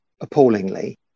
appallingly